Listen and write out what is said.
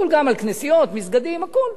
שזה יחול גם על כנסיות, מסגדים, הכול.